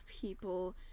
people